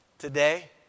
Today